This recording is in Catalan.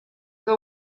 que